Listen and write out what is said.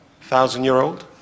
thousand-year-old